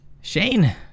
Shane